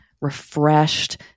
refreshed